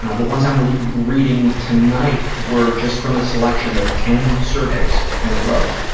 and the ones i'm reading tonight were just from a selection of ten surveys in a row.